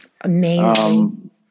Amazing